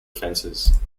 fences